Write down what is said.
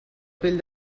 pell